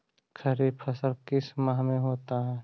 खरिफ फसल किस माह में होता है?